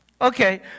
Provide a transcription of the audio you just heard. Okay